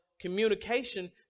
Communication